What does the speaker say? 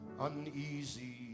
uneasy